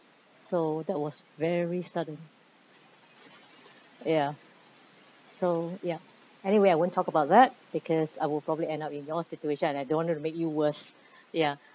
so that was very sudden ya so ya anyway I won't talk about that because I will probably end up in your situation and I don't want to make you worse ya